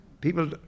people